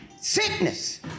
Sickness